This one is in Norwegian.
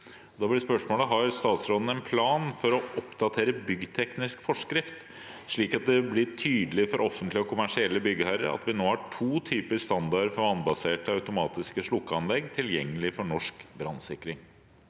Har statsråden en plan for å oppdatere byggteknisk forskrift, slik at det blir tydelig for offentlige og kommersielle byggherrer at vi nå har to typer standarder for vannbaserte automatiske slukkeanlegg tilgjengelig for norsk brannsikring?»